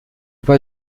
pas